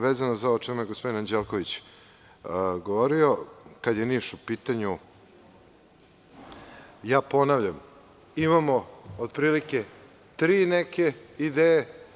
Vezano za ovo o čemu je gospodin Anđelković govorio, kada je Niš u pitanju, ponavljam, imamo otprilike neke tri ideje.